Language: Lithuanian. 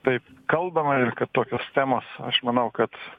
taip kalbama ir kad tokios temos aš manau kad